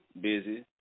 busy